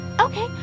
Okay